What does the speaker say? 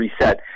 reset